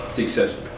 successful